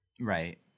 Right